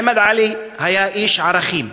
מוחמד עלי היה איש ערכים,